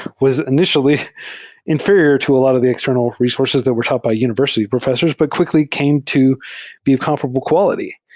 was in itially inferior to a lot of the external resources that were taught by univers ity professors, but quickly came to be of comparable quality.